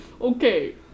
Okay